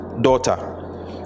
daughter